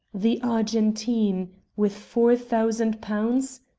the argentine with four thousand pounds?